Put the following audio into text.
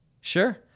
Sure